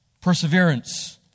Perseverance